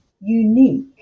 unique